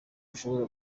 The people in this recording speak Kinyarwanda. ashobora